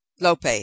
Lope